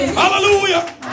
hallelujah